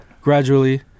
gradually